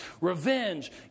revenge